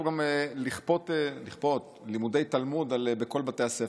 גם לכפות לימודי תלמוד בכל בתי הספר.